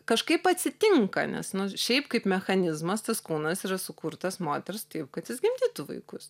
kažkaip atsitinka nes nu šiaip kaip mechanizmas tas kūnas yra sukurtas moters taip kad jis gimdytų vaikus